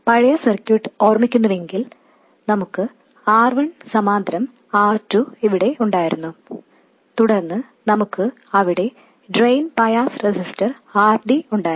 നിങ്ങൾ പഴയ സർക്യൂട്ട് ഓർക്കുന്നുവെങ്കിൽ നമുക്ക് R1 സമാന്തരം R2 ഇവിടെ ഉണ്ടായിരുന്നു തുടർന്ന് നമുക്ക് അവിടെ ഡ്രെയിൻ ബയാസ് റെസിസ്റ്റർ RD ഉണ്ടായിരുന്നു